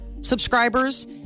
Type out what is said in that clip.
subscribers